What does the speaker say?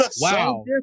wow